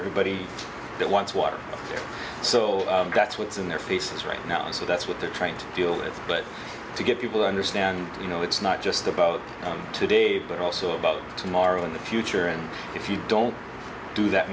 everybody that wants water so that's what's in their faces right now and so that's what they're trying to deal with but to get people to understand you know it's not just about today but also about tomorrow and the future and if you don't do that